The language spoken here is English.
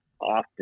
often